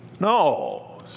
No